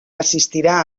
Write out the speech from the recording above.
assistirà